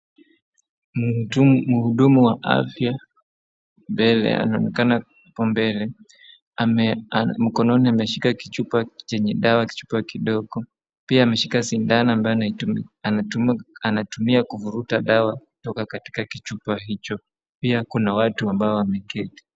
Mhudumu wa afya anaonekana hapa mbele, mkononi ameshika kichupa chenye dawa, kichupa kidogo. Pia ameshika sindano ambayo anatumia kuvuruta dawa kutoka katika kichupa hicho. Pia kuna watu ambao wameketi.